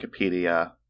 Wikipedia